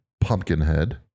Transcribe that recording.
Pumpkinhead